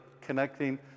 connecting